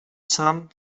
sam